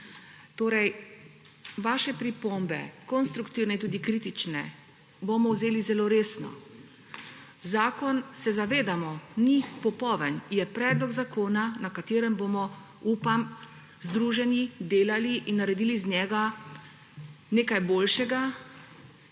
družba. Vaše pripombe, konstruktivne in tudi kritične, bomo vzeli zelo resno. Zakon, se zavedamo, ni popoln, je predlog zakona, na katerem bomo, upam, združeni delali in naredili iz njega nekaj boljšega;